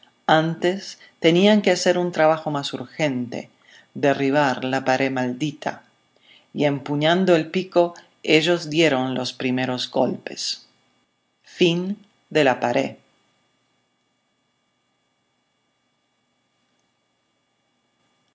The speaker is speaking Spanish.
antes tenían que hacer un trabajo más urgente derribar la pared maldita y empuñando el pico ellos dieron los primeros golpes fin obras